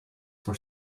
for